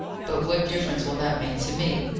but what difference will that make to me?